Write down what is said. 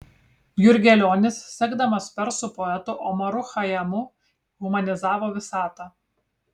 jurgelionis sekdamas persų poetu omaru chajamu humanizavo visatą